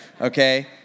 okay